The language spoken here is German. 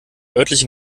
örtlichen